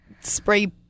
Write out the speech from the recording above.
Spray